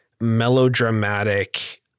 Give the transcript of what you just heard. melodramatic